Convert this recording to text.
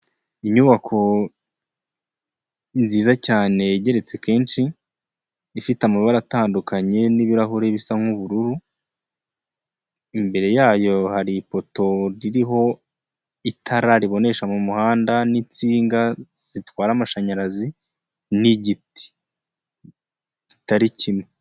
Inyubako nziza cyane igeretse kenshi, ifite amabara atandukanye n'ibirahure bisa nk'ubururu, imbere yayo hari ipoto iriho itara ribonesha mu muhanda n'insinga zitwara amashanyarazi n'igiti kitari kimwe.